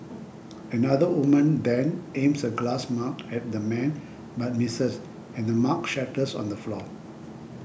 another woman then aims a glass mug at the man but misses and the mug shatters on the floor